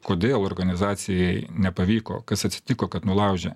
kodėl organizacijai nepavyko kas atsitiko kad nulaužė